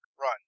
Run